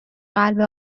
قلب